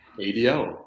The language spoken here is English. ADL